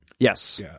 Yes